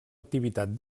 activitat